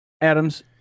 Adams